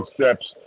steps